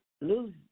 lose